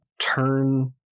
turn